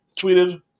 tweeted